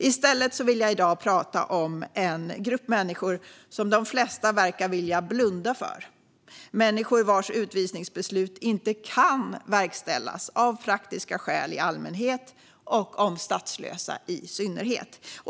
I stället vill jag i dag prata om en grupp människor som de flesta verkar vilja blunda för. Det handlar i allmänhet om människor vars utvisningsbeslut inte kan verkställas av praktiska skäl och i synnerhet om statslösa.